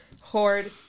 Horde